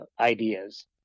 ideas